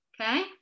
okay